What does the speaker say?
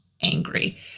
angry